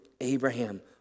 Abraham